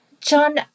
John